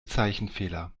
zeichenfehler